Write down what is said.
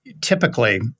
typically